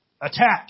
attack